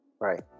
Right